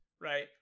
right